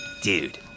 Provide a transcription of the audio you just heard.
Dude